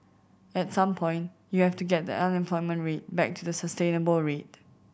at some point you have to get the unemployment rate back to the sustainable rate